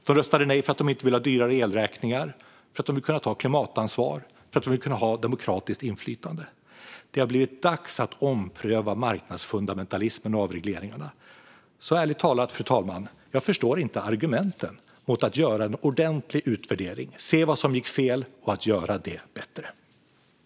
De röstade nej för att de inte vill ha dyrare elräkningar, för att de vill kunna ta klimatansvar och för att de vill kunna ha demokratiskt inflytande. Det har blivit dags att ompröva marknadsfundamentalismen och avregleringarna. Ärligt talat, fru talman: Jag förstår inte argumenten mot att göra en ordentlig utvärdering, att se vad som gick fel och att göra det bättre.